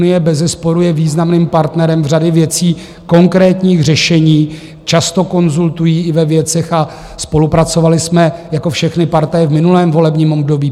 ICT Unie bezesporu je významným partnerem řady věcí, konkrétních řešení, často konzultují i ve věcech a spolupracovali jsme jako všechny partaje v minulém volebním období.